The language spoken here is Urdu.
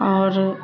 اور